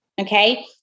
okay